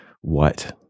white